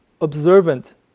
observant